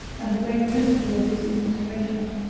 and the great principle of his administration.